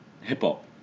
hip-hop